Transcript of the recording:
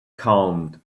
calmed